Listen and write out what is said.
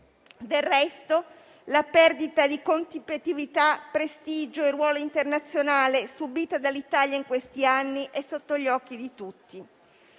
Del resto, la perdita di competitività, prestigio e ruolo internazionale subita dall'Italia in questi anni è sotto gli occhi di tutti.